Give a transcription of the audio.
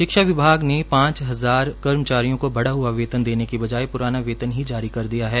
शिक्षा विभाग ने पांच हजार कर्मचारियों को बढ़ा हआ वेतन देने की बाजय पुराना वेतन जारी कर दिया है